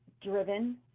driven